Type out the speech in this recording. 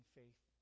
faith